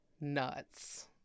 nuts